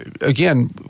again